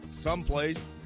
someplace